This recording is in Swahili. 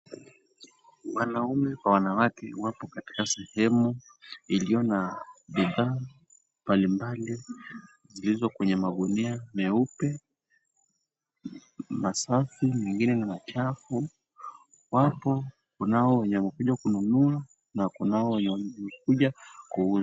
Wanaume kwa wanawake wako katika sehemu iliyo na bidhaa mbalimbali, zilizo kwenye magunia meupe masafi, mengine ni machafu. Wapo kunao wenye wamekuja kununua na kunao wenye wamekuja kuuza.